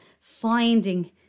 finding